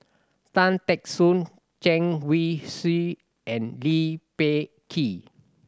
Tan Teck Soon Chen Wen Hsi and Lee Peh Gee